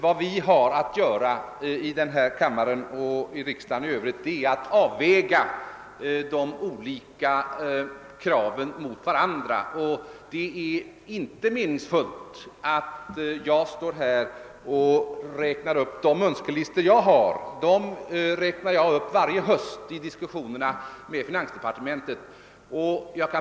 Vad vi har att göra i riksdagen är att avväga de olika kraven mot varandra. Det är inte meningsfullt att jag står här och läser upp de önskelistor som jag har — dem läser jag upp varje höst i diskussionerna med finansdepartementet.